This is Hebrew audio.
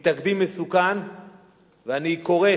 האחריות תעבור לנציבות של האו"ם לענייני פליטים,